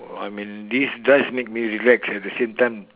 I mean this does make me relax at the same time